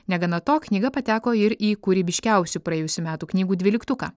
negana to knyga pateko ir į kūrybiškiausių praėjusių metų knygų dvyliktuką